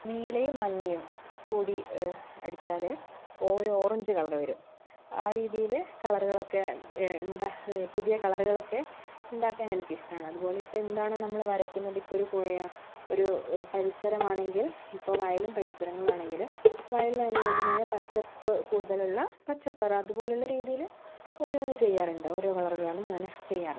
നീലയും മഞ്ഞയും കൂടി ഏ അടിച്ചാല് ഒര് ഓറഞ്ച് കളറ് വരും ആ രീതിയില് കളറുകളൊക്കെ ഏ ഉണ്ടാ പുതിയ കളറുകളൊക്കെ ഉണ്ടാക്കാൻ എനിക്കിഷ്ട്ടാണ് അതുപോലെ ഇപ്പം എന്താണ് നമ്മള് വരയ്ക്കുന്നത് ഇപ്പോൾ ഒരു പുഴയോ ഒരു പരിസരമാണെങ്കിൽ ഇപ്പോൾ വയലും പരിസരങ്ങളും ആണെങ്കില് വയലിന് അനുയോജ്യമായ പച്ചപ്പ് കൂടുതലുള്ള പച്ച കളർ അതുപോലെയുള്ള രീതിയിൽ ഓരോന്ന് ചെയ്യാറുണ്ട് ഓരോ കളറുകളാണ് ഞാൻ ചെയ്യാറ്